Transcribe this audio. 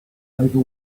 over